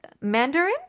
Mandarin